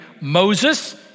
Moses